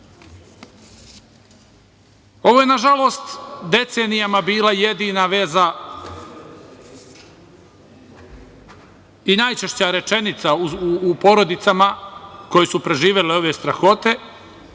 je, nažalost, decenijama bila jedina veza i najčešća rečenica u porodicama koje su preživele ove strahote